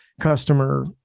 customer